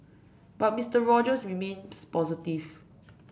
but Mister Rogers remains positive